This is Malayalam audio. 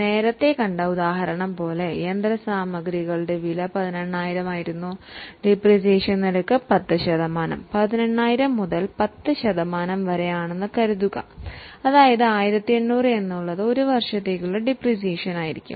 നമ്മളുടെ മുൻ ഉദാഹരണത്തിലൂടെ പോയാൽ യന്ത്രസാമഗ്രികളുടെ വില 18000 ആയിരുന്നു ഡിപ്രീസിയേഷൻ റേറ്റ് 10 ശതമാനം ആണെന്ന് കരുതുക അതായത് 1800 എന്നത് 1 വർഷത്തേക്കുള്ള ഡിപ്രീസിയേഷൻ ആയിരിക്കും